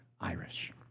Irish